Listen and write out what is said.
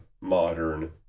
modern